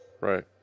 right